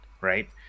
right